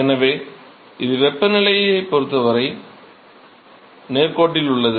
எனவே இது வெப்பநிலையை பொருத்தவரை நேர்கோட்டில் உள்ளது